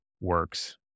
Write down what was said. works